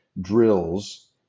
drills